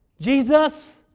Jesus